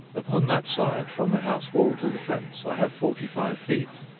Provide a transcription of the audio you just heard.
upon that side, from the house-wall to the fence, i have forty-five feet,